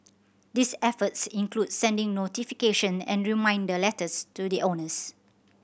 these efforts include sending notification and reminder letters to the owners